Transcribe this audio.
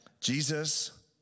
Jesus